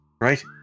right